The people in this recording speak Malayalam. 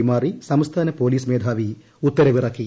കൈമാറി സംസ്ഥാന പോലീസ് മേധാവി ഉത്തരവിറക്കി